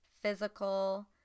physical